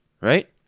right